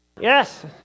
Yes